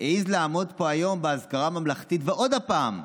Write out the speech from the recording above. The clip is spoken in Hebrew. העז לעמוד פה היום באזכרה ממלכתית ועוד פעם לומר: